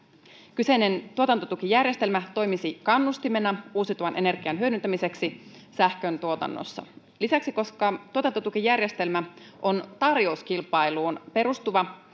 kyseinen tuotantotukijärjestelmä toimisi kannustimena uusiutuvan energian hyödyntämiseksi sähköntuotannossa lisäksi koska tuotantotukijärjestelmä on tarjouskilpailuun perustuva ja